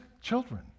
children